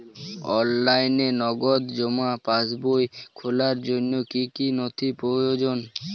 অনলাইনে নগদ জমা পাসবই খোলার জন্য কী কী নথি প্রয়োজন?